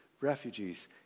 refugees